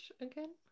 again